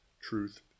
truth